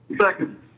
Second